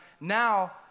now